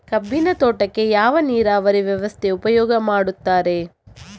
ಕಬ್ಬಿನ ತೋಟಕ್ಕೆ ಯಾವ ನೀರಾವರಿ ವ್ಯವಸ್ಥೆ ಉಪಯೋಗ ಮಾಡುತ್ತಾರೆ?